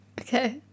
Okay